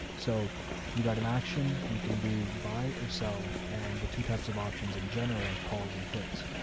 so you got an auction you can do buy or sell. and the two types of options in general are calls and puts.